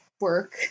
work